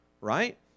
right